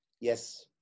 Yes